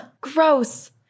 gross